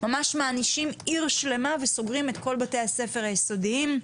ממש מענישים עיר שלמה וסוגרים את כל בתי הספר היסודיים.